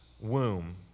womb